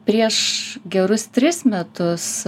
prieš gerus tris metus